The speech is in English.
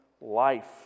life